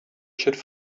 should